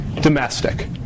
domestic